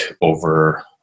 over